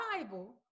Bible